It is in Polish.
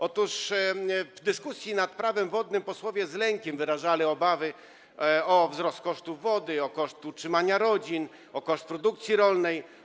Otóż w dyskusji nad Prawem wodnym posłowie z lękiem wyrażali obawy o wzrost opłat za wodę, o koszt utrzymania rodzin, o koszt produkcji rolnej.